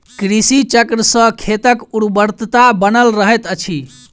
कृषि चक्र सॅ खेतक उर्वरता बनल रहैत अछि